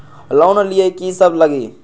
Loan लिए की सब लगी?